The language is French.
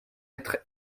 être